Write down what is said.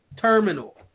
Terminal